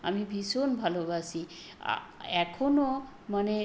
আমি ভীষণ ভালোবাসি এখনো মানে